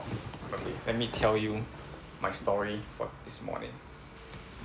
let me tell you my story for this morning